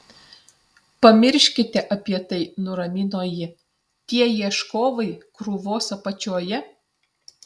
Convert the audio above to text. pamirškite apie tai nuramino ji tie ieškovai krūvos apačioje